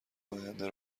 آینده